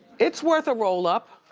it's worth a roll up.